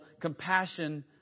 compassion